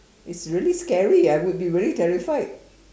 it's really scary I would be very terrified